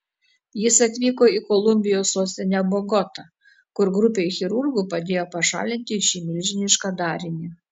jis atvyko į kolumbijos sostinę bogotą kur grupei chirurgų padėjo pašalinti šį milžinišką darinį